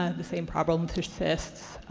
ah the same problem persists.